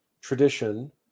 tradition